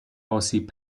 آسیب